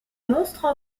monstres